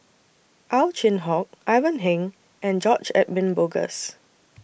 Ow Chin Hock Ivan Heng and George Edwin Bogaars